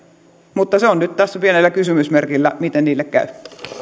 mutta se on nyt tässä pienellä kysymysmerkillä miten niille käy